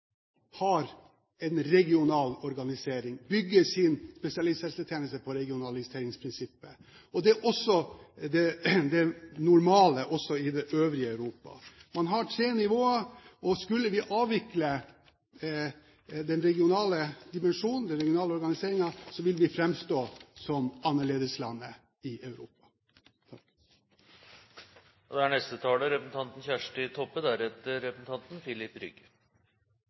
har en regional organisering, de bygger sin spesialisthelsetjeneste på regionaliseringsprinsippet. Det er det normale også i det øvrige Europa. Man har tre nivåer, og skulle vi avvikle den regionale dimensjonen, den regionale organiseringen, ville vi framstå som annerledeslandet i Europa.